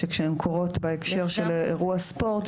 שכאשר הן קורות בהקשר של אירוע ספורט,